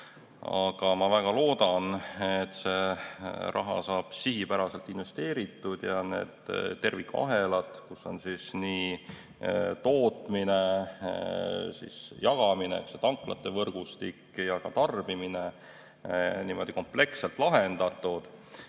Aga ma väga loodan, et see raha saab sihipäraselt investeeritud ja need tervikahelad, kus on nii tootmine, jagamine, tanklate võrgustik kui ka tarbimine, niimoodi kompleksselt lahendatud,